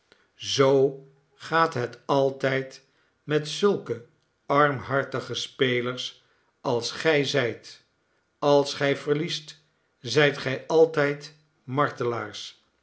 zoo gaat het altijd met zulke armhartige spelers als gij zijt als gij verliest zijt gij altijd